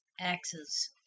axes